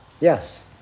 Yes